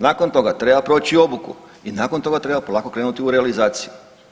Nakon toga, treba proći obuku i nakon toga, treba polako krenuti u realizaciju.